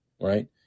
Right